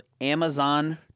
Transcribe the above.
Amazon